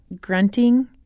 grunting